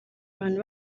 abantu